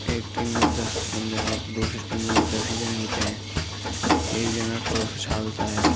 ایک ٹیم میں دس بندے ہوں تو دوسری ٹیم میں بھی دس ہی جنے ہوتے ہیں ایک جنا ٹاس اُچھالتا ہے